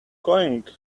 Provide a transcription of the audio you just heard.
going